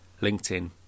linkedin